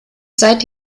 seit